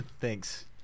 thanks